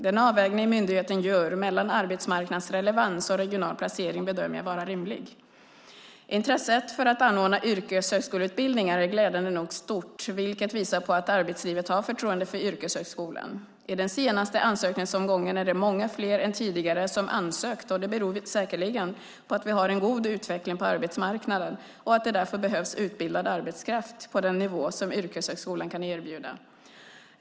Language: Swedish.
Den avvägning myndigheten gör mellan arbetsmarknadsrelevans och regional placering bedömer jag vara rimlig. Intresset för att anordna yrkeshögskoleutbildningar är glädjande nog stort, vilket visar på att arbetslivet har förtroende för yrkeshögskolan. I den senaste ansökningsomgången är det många fler än tidigare som har ansökt och det beror säkerligen på att vi har en god utveckling på arbetsmarknaden och att det därför behövs utbildad arbetskraft på den nivå som yrkeshögskolan kan erbjuda.